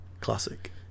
Classic